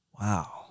Wow